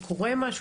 אם קורה משהו,